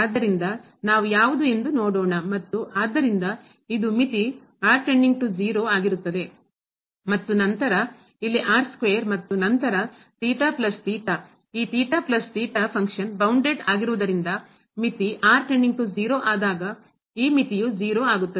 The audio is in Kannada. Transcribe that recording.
ಆದ್ದರಿಂದ ನಾವು ಯಾವುದು ಎಂದು ನೋಡೋಣ ಮತ್ತು ಆದ್ದರಿಂದ ಇದು ಮಿತಿ ಮತ್ತು ನಂತರ ಇಲ್ಲಿ ಮತ್ತು ನಂತರ ಈ ಫಂಕ್ಷನ್ ಬೌಂಡೆಡ್ ಆಗಿರುವುದರಿಂದ ಮಿತಿ ಆದಾಗ ಈ ಮಿತಿಯು 0